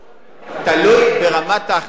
ממשיך.